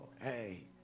hey